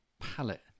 palette